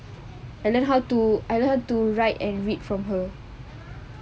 I learn how to write and read from her